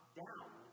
down